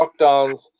lockdowns